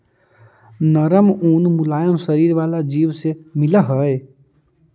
नरम ऊन मुलायम शरीर वाला जीव से मिलऽ हई